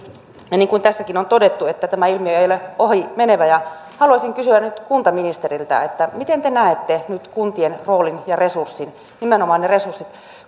ja niin kuin tässäkin on todettu tämä ilmiö ei ole ohimenevä haluaisin kysyä kuntaministeriltä miten te näette nyt kuntien roolin ja resurssit nimenomaan ne resurssit